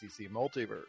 Multiverse